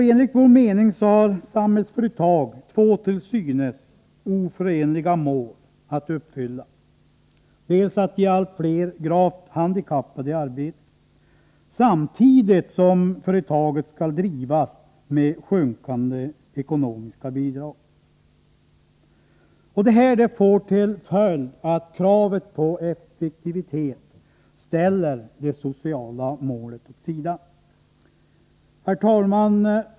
Enligt vår mening har Samhällsföretag två till synes oförenliga mål att uppfylla: man skall ge allt fler gravt handikappade arbete, samtidigt som företaget skall drivas med sjunkande ekonomiska bidrag. Detta får till följd att kravet på effektivitet ställer det sociala målet åt sidan. Herr talman!